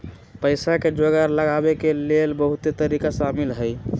पइसा के जोगार लगाबे के लेल बहुते तरिका शामिल हइ